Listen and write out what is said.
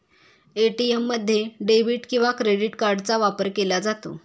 ATM मध्ये debit किंवा credit कार्डचा वापर केला जातो